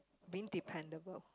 being dependable